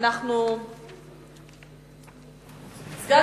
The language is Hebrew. אני אומר לך שלפי